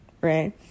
Right